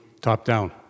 top-down